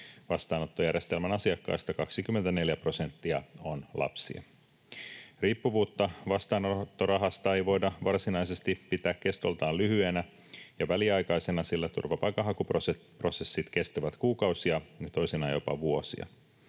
Vastaanottojärjestelmän asiakkaista 24 prosenttia on lapsia. Riippuvuutta vastaanottorahasta ei voida varsinaisesti pitää kestoltaan lyhyenä ja väliaikaisena, sillä turvapaikanhakuprosessit kestävät kuukausia, toisinaan jopa vuosia.